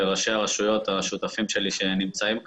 תודה לראשי הרשויות, השותפים שלי שנמצאים כאן,